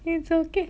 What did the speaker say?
it's okay